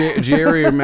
Jerry